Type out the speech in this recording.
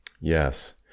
Yes